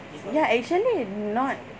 ya actually not